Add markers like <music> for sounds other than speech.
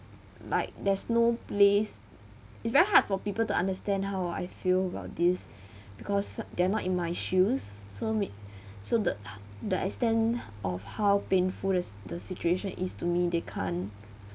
like there's no place it's very hard for people to understand how I feel about this <breath> because they're not in my shoes so mi~ <breath> so the <breath> the extent of how painful the s~ the situation is to me they can't